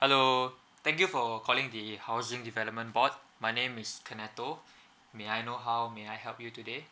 hello thank you for calling the housing development board my name is kenetto may I know how may I help you today